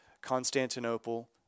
Constantinople